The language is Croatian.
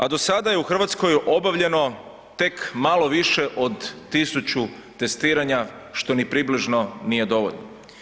A do sada je u Hrvatskoj obavljeno tek malo više od tisuću testiranja što ni približno nije dovoljno.